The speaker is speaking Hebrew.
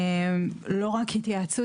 לא רק התייעצות,